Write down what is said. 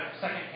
second